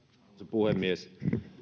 puhemies